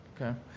Okay